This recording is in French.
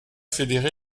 fédérés